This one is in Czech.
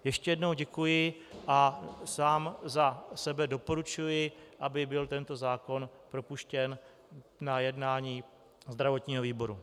Ještě jednou děkuji a sám za sebe doporučuji, aby byl tento zákon propuštěn na jednání zdravotního výboru.